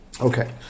Okay